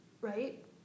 Right